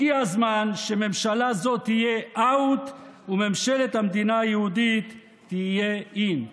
הגיע הזמן שממשלה זו תהיה out וממשלת המדינה היהודית תהיה in.